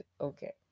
Okay